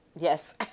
Yes